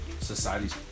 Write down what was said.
society's